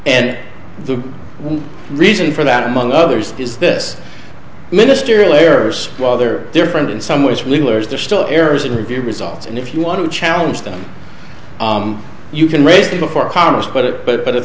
and the reason for that among others is this ministerial errors while they're different in some ways willers they're still errors in review results and if you want to challenge them you can race before congress but it but if